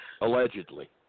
allegedly